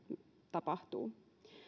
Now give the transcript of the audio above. tapahtuu